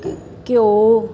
ਘਿਓ